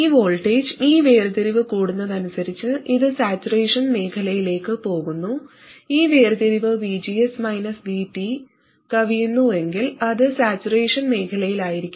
ഈ വോൾട്ടേജ് ഈ വേർതിരിവ് കൂടുന്നതിനനുസരിച്ച് ഇത് സാച്ചുറേഷൻ മേഖലയിലേക്ക് പോകുന്നു ഈ വേർതിരിവ് VGS VT കവിയുന്നുവെങ്കിൽ അത് സാച്ചുറേഷൻ മേഖലയിലായിരിക്കും